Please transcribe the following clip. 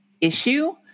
issue